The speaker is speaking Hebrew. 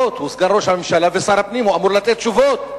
סגן ראש הממשלה ושר הפנים, הוא אמור לתת תשובות,